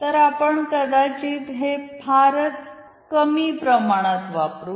तर आपण कदाचित हे फारच कमी प्रमाणात वापरु